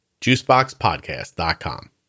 Juiceboxpodcast.com